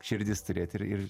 širdis turėti ir